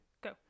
Go